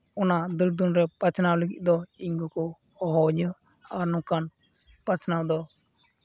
ᱚᱱᱟ ᱫᱟᱹᱲ ᱫᱚᱱ ᱨᱮ ᱵᱟᱪᱷᱱᱟᱣ ᱞᱟᱹᱜᱤᱫ ᱫᱚ ᱤᱧ ᱜᱮᱠᱚ ᱦᱚᱦᱚᱣᱟᱹᱧᱟᱹ ᱟᱨ ᱱᱚᱝᱠᱟᱱ ᱵᱟᱪᱷᱱᱟᱣ ᱫᱚ